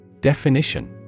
Definition